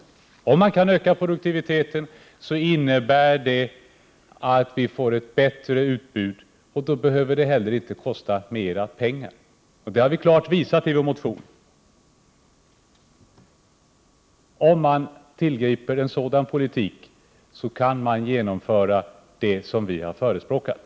Men om man kan öka produktiviteten, förbättras serviceutbudet. Det behöver inte kosta mera pengar. Detta har vi klart redogjort för i vår motion. Med en sådan politik är det möjligt att genomföra vad vi har förespråkat.